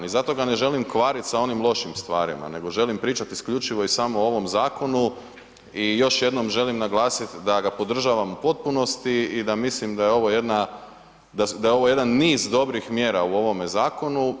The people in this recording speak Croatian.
I zato ga ne želim kvarit sa onim lošim stvarima nego želim pričat isključivo i samo o ovom zakonu i još jednom želim naglasiti da ga podržavam u potpunosti i da mislim da je ovo jedna, da je ovo jedan niz dobrih mjera u ovome zakonu.